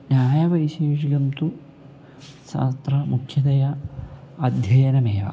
न्यायवैशेषिकं तु छात्राः मुख्यतया अध्ययनमेव